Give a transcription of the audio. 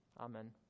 Amen